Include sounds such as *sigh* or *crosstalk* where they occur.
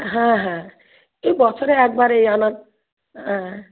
হ্যাঁ হ্যাঁ এই বছরে একবার এই *unintelligible* হ্যাঁ